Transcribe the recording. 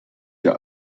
der